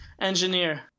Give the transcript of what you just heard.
engineer